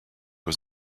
was